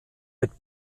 mit